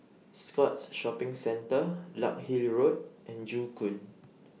Scotts Shopping Centre Larkhill Road and Joo Koon